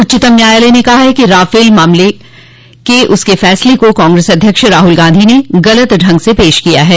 उच्चतम न्यायालय ने कहा है कि राफल मामले के उसके फसले को कांग्रेस अध्यक्ष राहुल गांधी ने गलत ढंग से पेश किया है